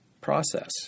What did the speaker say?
process